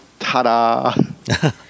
Ta-da